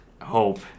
hope